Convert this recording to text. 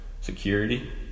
security